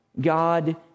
God